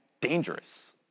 dangerous